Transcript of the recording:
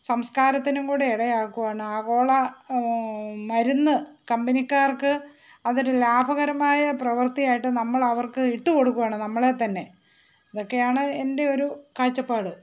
സംസ്കാരത്തിനും കൂടെ ഇടയാക്കുകയാണ് ആഗോള മരുന്ന് കമ്പനിക്കാർക്ക് അതൊരു ലാഭകരമായ പ്രവർത്തിയായിട്ട് നമ്മൾ അവർക്ക് ഇട്ട് കൊടുക്കുകയാണ് നമ്മളെ തന്നെ ഇതൊക്കെയാണ് എൻ്റെ ഒരു കാഴ്ചപ്പാട്